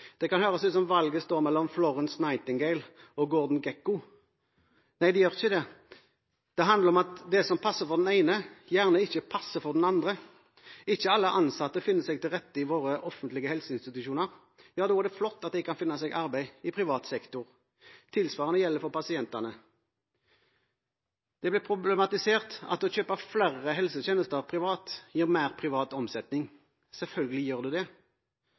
Det kan høres ut som om valget står mellom Florence Nightingale og Gordon Gekko. Nei, det gjør ikke det. Det handler om at det som passer for den ene, gjerne ikke passer for den andre. Ikke alle ansatte finner seg til rette i våre offentlige helseinstitusjoner. Da er det flott at de kan finne seg arbeid i privat sektor. Det tilsvarende gjelder for pasientene. Det blir problematisert at det å kjøpe flere helsetjenester privat gir mer privat omsetning – selvfølgelig gjør det det.